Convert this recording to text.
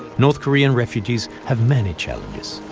north korean refugees have many challenges.